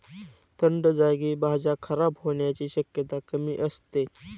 थंड जागी भाज्या खराब होण्याची शक्यता कमी असते